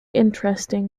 interesting